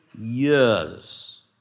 years